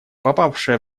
попавшая